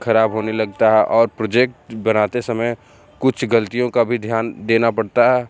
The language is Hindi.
खराब होने लगता है और प्रुजेक्ट बनाते समय कुछ गलतियों का भी ध्यान देना पड़ता है